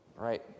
right